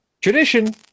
tradition